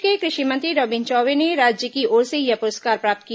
प्रदेश के कृषि मंत्री रविन्द्र चौबे ने राज्य की ओर से यह पुरस्कार प्राप्त किया